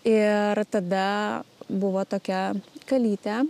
ir tada buvo tokia kalytė